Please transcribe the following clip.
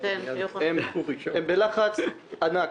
הם בלחץ ענק.